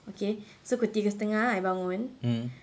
okay so pukul tiga setengah I bangun